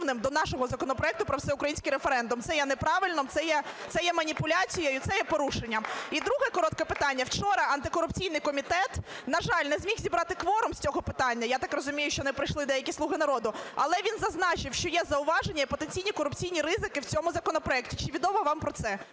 до нашого законопроекту про всеукраїнський референдум? Це є неправильно, це є маніпуляцією, це є порушенням. І друге коротке питання. Вчора антикорупційний комітет, на жаль, не зміг зібрати кворум з цього питання, я так розумію, що не прийшли деякі "слуги народу". Але він зазначив, що є зауваження і потенційні корупційні ризики в цьому законопроекті. Чи відомо вам про це?